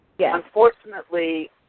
Unfortunately